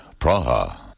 Praha